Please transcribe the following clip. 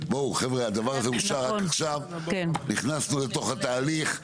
הדבר הזה אושר רק עכשיו נכנסנו לתוך התהליך,